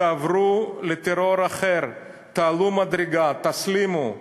תעברו לטרור אחר, תעלו מדרגה, תסלימו,